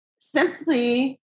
Simply